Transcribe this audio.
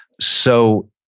so,